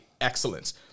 excellence